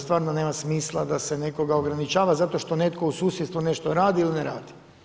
Stvarno nema smisla da se nekoga ograničava zato što netko u susjedstvu nešto radi ili ne radi.